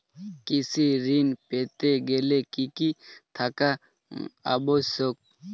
কৃষি ঋণ পেতে গেলে কি কি থাকা আবশ্যক?